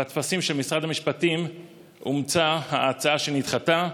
בטפסים של משרד המשפטים אומצה ההצעה שנדחתה: